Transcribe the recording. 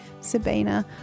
Sabina